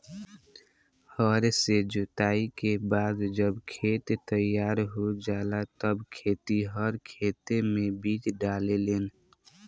हर से जोताई के बाद जब खेत तईयार हो जाला तब खेतिहर खेते मे बीज डाले लेन